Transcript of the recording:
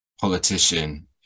politician